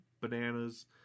bananas